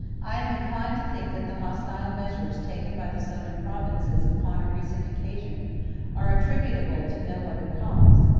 i am inclined to think that the hostile measures taken by the southern provinces upon a recent occasion are attributable to no other cause.